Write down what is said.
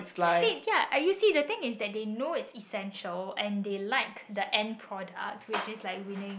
that yeah uh you see the thing is that they know is essential and they like the end product which is like winning